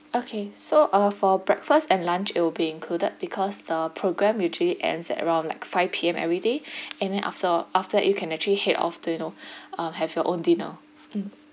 okay so uh for breakfast and lunch it'll be included because the program usually ends at around like five P_M_ everyday and then after after you can actually head off to you know um have your own dinner mm